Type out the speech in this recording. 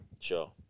Sure